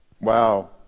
Wow